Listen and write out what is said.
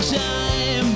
time